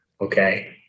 Okay